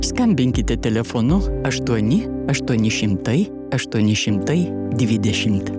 skambinkite telefonu aštuoni aštuoni šimtai aštuoni šimtai dvidešimt